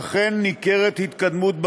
ואכן ניכרת התקדמות בנושא.